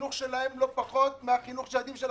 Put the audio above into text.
החינוך שלהם לא פחות מהחינוך של הילדים שלכם,